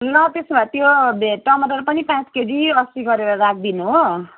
ल त्यसो भए त्यो भिन्डी टमाटर पनि पाँच केजी अस्सी गरेर राखिदिनु हो